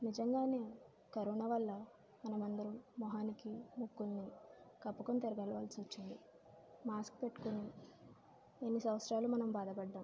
నిజంగానే కరోనా వల్ల మనమందరం ముఖానికి ముక్కులని కప్పుకుని తిరగాల్సి వచ్చింది మాస్క్ పెట్టుకుని ఇన్ని సంవత్సరాలు మనం బాధపడ్డాం